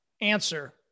answer